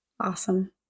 Awesome